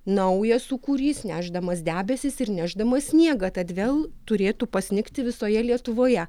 naujas sūkurys nešdamas debesis ir nešdamas sniegą tad vėl turėtų pasnigti visoje lietuvoje